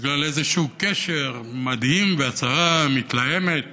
בגלל איזה קשר מדהים והצהרה מתלהמת